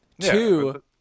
Two